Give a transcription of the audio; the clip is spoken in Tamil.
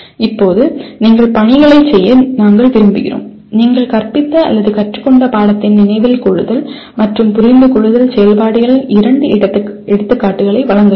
இப்போது நீங்கள் பணிகளைச் செய்ய நாங்கள் விரும்புகிறோம் நீங்கள் கற்பித்த அல்லது கற்றுக்கொண்ட பாடத்தின் நினைவில் கொள்ளுதல் மற்றும் புரிந்துகொள்ளுதல் செயல்பாடுகளின் இரண்டு எடுத்துக்காட்டுகளை வழங்க வேண்டும்